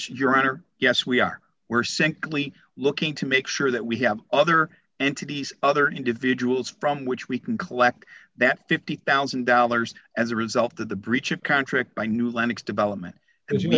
yes your honor yes we are we're simply looking to make sure that we have other entities other individuals from which we can collect that fifty thousand dollars as a result of the breach of contract by gnu linux development as you